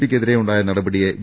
പിയ്ക്ക് എതിരെയുണ്ടായ നടപടിയെ വി